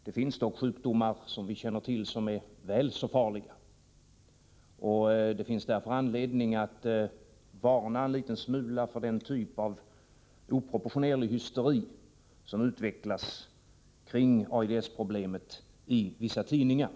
Det finns dock andra kända sjukdomar som är väl så farliga som AIDS, och det finns därför anledning att något varna för den typ av oproportionerlig hysteri som utvecklas kring AIDS-problemet i vissa tidningar.